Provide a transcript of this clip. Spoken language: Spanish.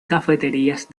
cafeterías